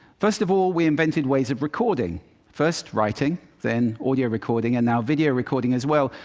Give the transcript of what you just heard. first of all, we invented ways of recording first writing, then audio recording and now video recording as well.